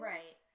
Right